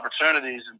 opportunities